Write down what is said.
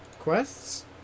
quests